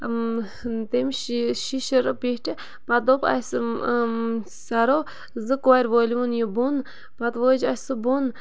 تٔمِس شی شیٖشر پیٖٹھ پَتہٕ دوٚپ اَسہِ سَرو زٕ کورِ وٲلِہُن یہِ بۄن پَتہٕ وٲج اَسہِ سُہ بۄن